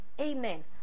Amen